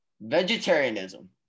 Vegetarianism